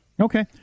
Okay